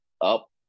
up